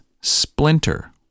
splinter